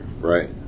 Right